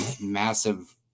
massive